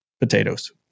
potatoes